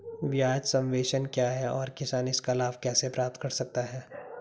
ब्याज सबवेंशन क्या है और किसान इसका लाभ कैसे प्राप्त कर सकता है?